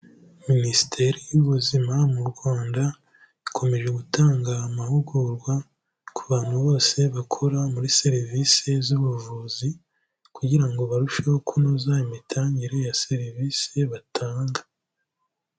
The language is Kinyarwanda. Minisiteri y'Ubuzima mu Rwanda ikomeje gutanga amahugurwa ku bantu bose bakora muri serivisi z'ubuvuzi kugira ngo barusheho kunoza imitangire ya serivisi batanga.